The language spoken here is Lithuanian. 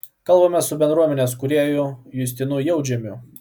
kalbamės su bendruomenės kūrėju justinu jautžemiu